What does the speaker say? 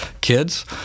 kids